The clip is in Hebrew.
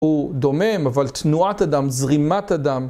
הוא דומם, אבל תנועת הדם, זרימת הדם.